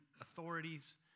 authorities